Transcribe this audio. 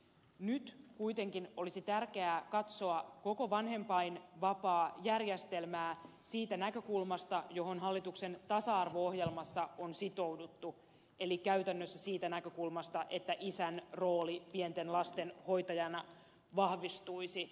nyt kuitenkin olisi tärkeää katsoa koko vanhempainvapaajärjestelmää siitä näkökulmasta johon hallituksen tasa arvo ohjelmassa on sitouduttu eli käytännössä siitä näkökulmasta että isän rooli pienten lasten hoitajana vahvistuisi